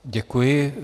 Děkuji.